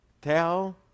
tell